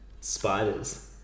spiders